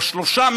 או שלושה,